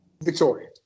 Victoria